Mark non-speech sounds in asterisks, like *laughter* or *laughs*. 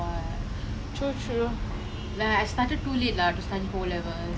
*laughs* I don't know I'm too like consumed with my Netflix